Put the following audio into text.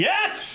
Yes